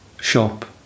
shop